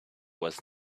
was